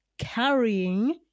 carrying